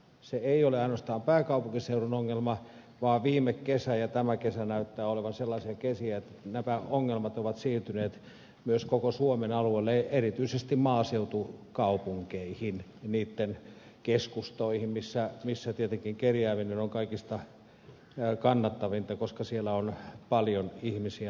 se ei ole ainoastaan pääkaupunkiseudun ongelma vaan viime kesä ja tämä kesä näyttävät olevan sellaisia kesiä että nämä ongelmat ovat siirtyneet myös koko suomen alueelle erityisesti maaseutukaupunkeihin niitten keskustoihin missä tietenkin kerjääminen on kaikista kannattavinta koska siellä on paljon ihmisiä läsnä